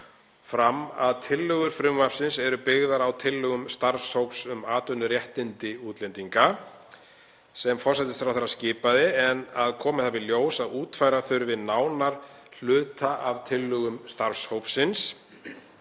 fram að tillögur frumvarpsins eru byggðar á tillögum starfshóps um atvinnuréttindi útlendinga sem forsætisráðherra skipaði en að komið hafi í ljós að útfæra þurfi nánar hluta af tillögum starfshópsins,